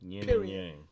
Period